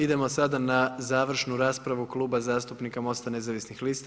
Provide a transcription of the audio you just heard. Idemo sada na završnu raspravu Kluba zastupnika MOST-a nezavisnih lista.